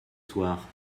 soir